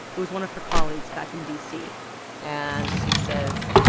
it was one of her colleagues back in d c and she says,